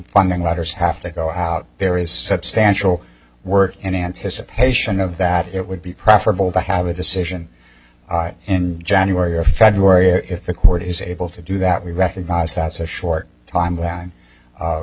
funding letters have to go out there is substantial work in anticipation of that it would be preferable to have a decision and january or february or if the court is able to do that we recognize that's a short time